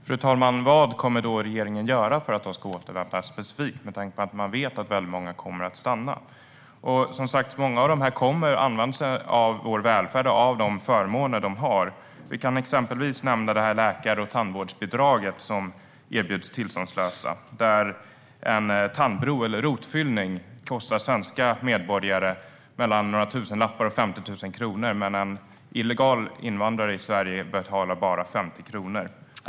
Fru talman! Vad kommer då regeringen specifikt att göra för att de ska återvända? Det undrar jag med tanke på att man vet att väldigt många kommer att stanna. Många av dessa kommer, som sagt, att använda sig av vår välfärd och av de förmåner de har. Vi kan exempelvis nämna det läkar och tandvårdsbidrag som erbjuds tillståndslösa. En tandbro eller rotfyllning kostar svenska medborgare mellan några tusenlappar och 50 000 kronor, men en illegal invandrare i Sverige betalar bara 50 kronor.